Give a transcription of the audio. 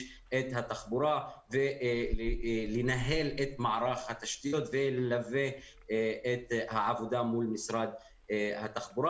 את התחבורה ולנהל את מערך התשתיות וללוות את העבודה מול משרד התחבורה?